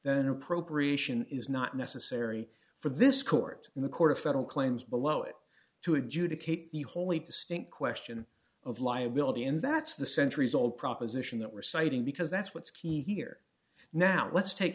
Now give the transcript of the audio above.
an appropriation is not necessary for this court in the court of federal claims below it to adjudicate the wholly distinct question of liability and that's the centuries old proposition that reciting because that's what's key here now let's take